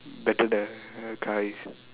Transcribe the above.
better the car is